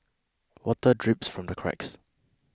water drips from the cracks